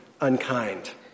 unkind